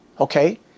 Okay